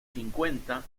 cincuenta